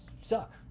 suck